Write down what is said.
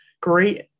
great